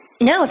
No